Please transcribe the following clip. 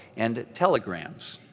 and telegrams,